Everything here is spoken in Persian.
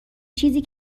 چیزی